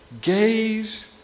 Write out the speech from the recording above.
gaze